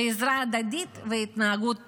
עזרה הדדית והתנהגות טובה.